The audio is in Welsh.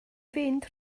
fynd